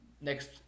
next